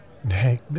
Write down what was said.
Hey